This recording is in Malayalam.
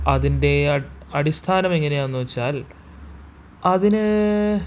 അതിൻ്റെ അടിസ്ഥാനം എങ്ങനെയാണെന്ന് വച്ചാൽ അതിന്